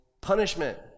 punishment